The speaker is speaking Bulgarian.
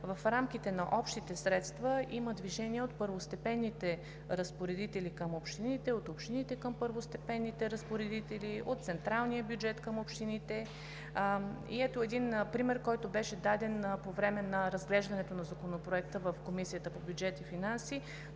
в рамките на общите средства има движение от първостепенните разпоредители към общините, от общините към първостепенните разпоредители, от централния бюджет към общините. Ето и един пример, даден по време на разглеждането на Законопроекта в Комисията по бюджет и финанси,